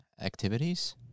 activities